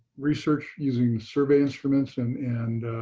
research using survey instruments and and